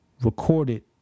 recorded